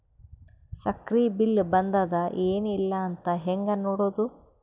ಸಕ್ರಿ ಬಿಲ್ ಬಂದಾದ ಏನ್ ಇಲ್ಲ ಅಂತ ಹೆಂಗ್ ನೋಡುದು?